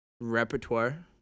repertoire